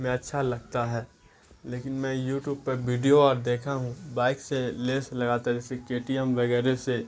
میں اچھا لگتا ہے لیکن میں یوٹیوب پہ ویڈیو اور دیکھا ہوں بائک سے لیس لگاتا ہے جیسے کے ٹی ایم وغیرہ سے